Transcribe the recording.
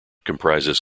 comprises